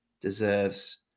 deserves